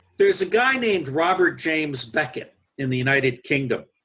there's a guy named robert james beckett in the united kingdom